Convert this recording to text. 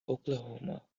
oklahoma